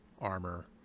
armor